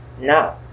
No